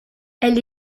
elle